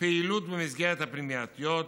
פעילות במסגרות הפנימייתיות,